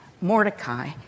Mordecai